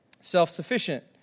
self-sufficient